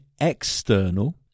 external